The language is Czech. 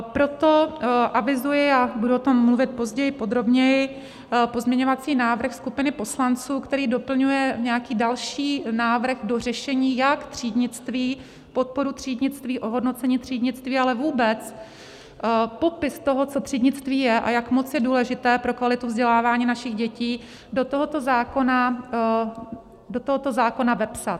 Proto avizuji, a budu o tom mluvit později podrobněji, pozměňovací návrh skupiny poslanců, který doplňuje nějaký další návrh do řešení, jak třídnictví, podporu třídnictví, ohodnocení třídnictví, ale vůbec popis toho, co třídnictví je a jak moc je důležité pro kvalitu vzdělávání našich dětí, do tohoto zákona vepsat.